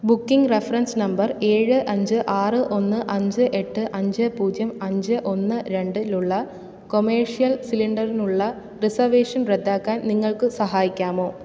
booking reference number ഏഴ് അഞ്ച് ആറ് ഒന്ന് അഞ്ച് എട്ട് അഞ്ച് പൂജ്യം അഞ്ച് ഒന്ന് രണ്ടിലുള്ള കൊമേഷ്യൽ സിലിണ്ടറിനുള്ള റിസർവേഷൻ റദ്ദാക്കാൻ നിങ്ങൾക്ക് സഹായിക്കാമോ